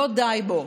לא די בו.